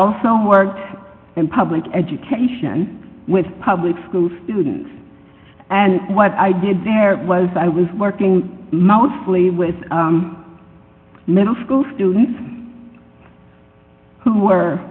also work in public education with public school students and what i did there was i was working mostly with middle school students who were